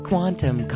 Quantum